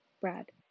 Brad